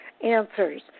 answers